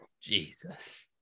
Jesus